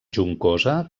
juncosa